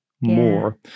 more